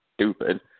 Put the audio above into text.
stupid